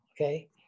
okay